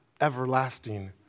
everlasting